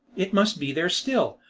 it must be there still.